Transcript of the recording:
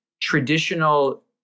traditional